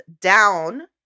down